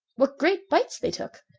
what great bites they took!